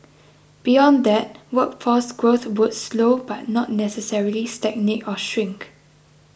beyond that workforce growth would slow but not necessarily stagnate or shrink